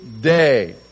day